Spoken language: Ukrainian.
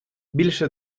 більше